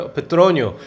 Petronio